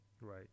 Right